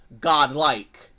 godlike